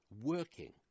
working